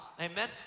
Amen